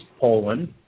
Poland